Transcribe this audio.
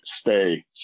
stay